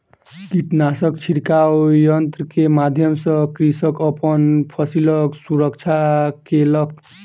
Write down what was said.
कीटनाशक छिड़काव यन्त्र के माध्यम सॅ कृषक अपन फसिलक सुरक्षा केलक